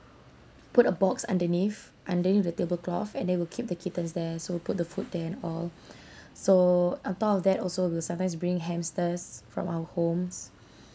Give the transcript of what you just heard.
put a box underneath underneath the tablecloth and then we'll keep the kittens there so put the food there and all so on top of that also we'll sometimes bring hamsters from our homes